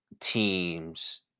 teams